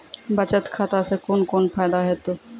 बचत खाता सऽ कून कून फायदा हेतु?